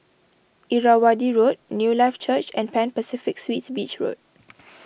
Irrawaddy Road Newlife Church and Pan Pacific Suites Beach Road